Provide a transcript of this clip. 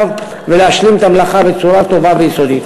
ולהשלים את המלאכה בצורה טובה ויסודית.